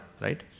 right